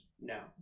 no